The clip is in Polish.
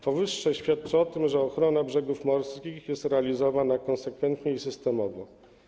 Powyższe świadczy o tym, że ochrona brzegów morskich jest realizowana konsekwentnie i systemowo.